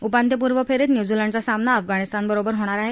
उपांत्यपूर्व फेरीत न्यूझीलंडचा सामना अफगाणिस्तानबरोबर होणार आहे